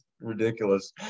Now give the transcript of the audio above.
ridiculous